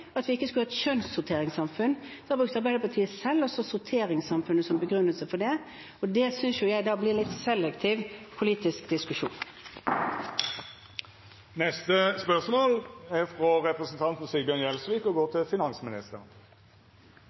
at vi ikke skulle ha et kjønnssorteringssamfunn – da brukte Arbeiderpartiet selv også sorteringssamfunnet som begrunnelse for det. Da synes jeg dette blir en litt selektiv politisk diskusjon. «Utvinning av kryptovaluta er